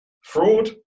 fraud